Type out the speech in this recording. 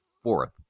fourth